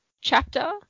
chapter